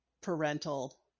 parental